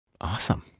Awesome